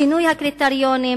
שינוי הקריטריונים